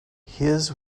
his